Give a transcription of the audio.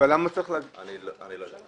אני לא יודע.